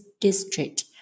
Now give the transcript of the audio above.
district